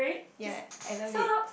ya I love it